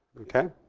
ok.